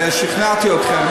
ששכנעתי אתכם,